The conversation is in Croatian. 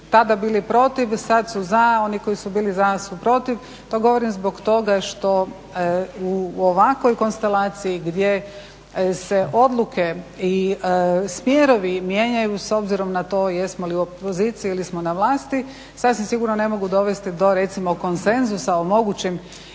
tada bili protiv sada su za, oni koji su bili za su protiv, to govorim zbog toga što u ovakvoj konstelaciji gdje se odluke i smjerovi mijenjaju s obzirom na to jesmo li u opoziciji ili smo na vlasti, sasvim sigurno ne mogu dovesti do recimo konsenzusa o mogućim